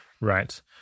Right